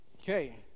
Okay